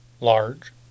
large